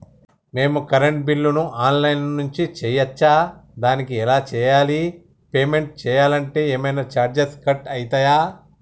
మేము కరెంటు బిల్లును online నుంచి చేయచ్చా? దానికి ఎలా చేయాలి? పేమెంట్ చేయాలంటే ఏమైనా చార్జెస్ కట్ అయితయా?